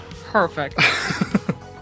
perfect